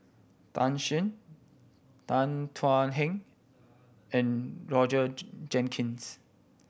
Tan Shen Tan Thuan Heng and Roger Jenkins